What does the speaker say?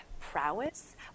prowess